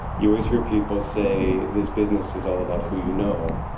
you always hear people say this business is all about who you know.